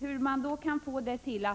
Hur man kan få det till